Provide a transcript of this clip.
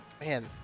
man